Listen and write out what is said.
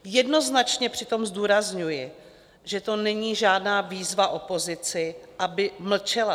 Jednoznačně přitom zdůrazňuji, že to není žádná výzva opozici, aby mlčela.